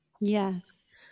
Yes